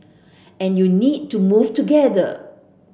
and you need to move together